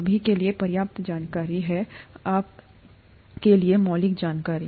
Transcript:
अभी के लिए पर्याप्त जानकारी अब के लिए मौलिक जानकारी